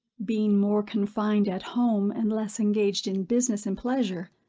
being more confined at home, and less engaged in business and pleasure,